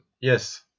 yes